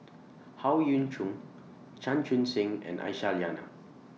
Howe Yoon Chong Chan Chun Sing and Aisyah Lyana